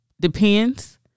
depends